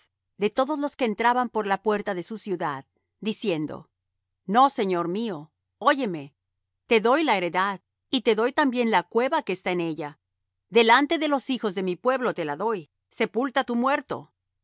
de todos los que entraban por la puerta de su ciudad diciendo no señor mío óyeme te doy la heredad y te doy también la cueva que está en ella delante de los hijos de mi pueblo te la doy sepulta tu muerto